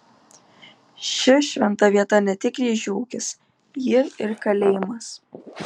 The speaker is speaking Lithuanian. ši šventa vieta ne tik ryžių ūkis ji ir kalėjimas